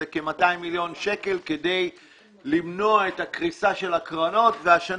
שזה כ-200 מיליון שקלים כדי למנוע את הקריסה של הקרנות והשנה